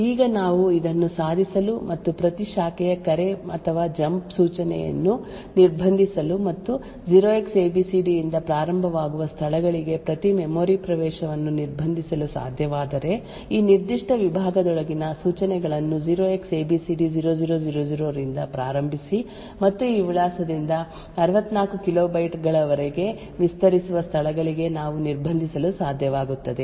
ಈಗ ನಾವು ಇದನ್ನು ಸಾಧಿಸಲು ಮತ್ತು ಪ್ರತಿ ಶಾಖೆಯ ಕರೆ ಅಥವಾ ಜಂಪ್ ಸೂಚನೆಯನ್ನು ನಿರ್ಬಂಧಿಸಲು ಮತ್ತು 0Xabcd ಯಿಂದ ಪ್ರಾರಂಭವಾಗುವ ಸ್ಥಳಗಳಿಗೆ ಪ್ರತಿ ಮೆಮೊರಿ ಪ್ರವೇಶವನ್ನು ನಿರ್ಬಂಧಿಸಲು ಸಾಧ್ಯವಾದರೆ ಈ ನಿರ್ದಿಷ್ಟ ವಿಭಾಗದೊಳಗಿನ ಸೂಚನೆಗಳನ್ನು 0Xabcd0000 ರಿಂದ ಪ್ರಾರಂಭಿಸಿ ಮತ್ತು ಈ ವಿಳಾಸದಿಂದ 64 ಕಿಲೋಬೈಟ್ ಗಳವರೆಗೆ ವಿಸ್ತರಿಸುವ ಸ್ಥಳಗಳಿಗೆ ನಾವು ನಿರ್ಬಂಧಿಸಲು ಸಾಧ್ಯವಾಗುತ್ತದೆ